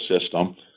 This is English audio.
system